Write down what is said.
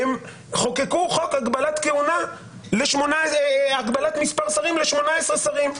חוק הגבלת מספר שרים ל-18 שרים.